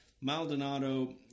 Maldonado